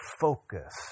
focus